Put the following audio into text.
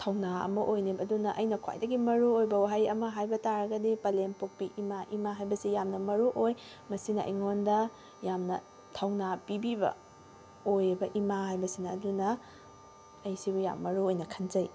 ꯊꯧꯅꯥ ꯑꯃ ꯑꯣꯏꯅꯦꯕ ꯑꯗꯨꯅ ꯑꯩꯅ ꯈ꯭ꯋꯥꯏꯗꯒꯤ ꯃꯔꯨꯑꯣꯏꯕ ꯋꯥꯍꯩ ꯑꯃ ꯍꯥꯏꯕ ꯇꯥꯔꯒꯗꯤ ꯄꯂꯦꯝ ꯄꯣꯛꯄꯤ ꯏꯃꯥ ꯏꯃꯥ ꯍꯥꯏꯕꯁꯤ ꯌꯥꯝꯅ ꯃꯔꯨꯑꯣꯏ ꯃꯁꯤꯅ ꯑꯩꯉꯣꯟꯗ ꯌꯥꯝꯅ ꯊꯧꯅꯥ ꯄꯤꯕꯤꯕ ꯑꯣꯏꯌꯦꯕ ꯏꯃꯥ ꯍꯥꯏꯕꯁꯤꯅ ꯑꯗꯨꯅ ꯑꯩ ꯁꯤꯕꯨ ꯌꯥꯝ ꯃꯔꯨꯑꯣꯏꯅ ꯈꯟꯖꯩ